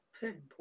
Pinpoint